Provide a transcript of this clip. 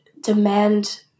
demand